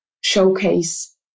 showcase